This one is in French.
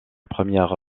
première